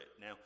Now